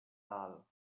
all